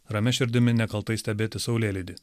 ramia širdimi nekaltai stebėti saulėlydį